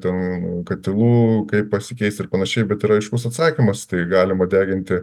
ten katilų kaip pasikeis ir panašiai bet yra aiškus atsakymas tai galima deginti